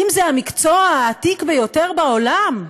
אם זה המקצוע העתיק בעולם,